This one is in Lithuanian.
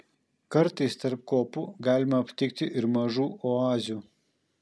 kartais tarp kopų galima aptikti ir mažų oazių